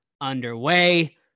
underway